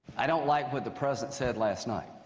i don't like what the president said last night.